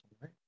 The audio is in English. right